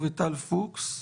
טל פוקס,